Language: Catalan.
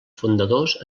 fundadors